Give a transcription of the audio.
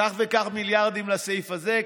כך וכך מיליארדים לסעיף הזה,